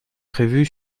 prévue